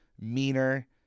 meaner